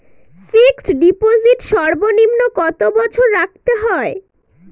Fixed deposit সর্বনিম্ন কত বছর রাখতে হয়?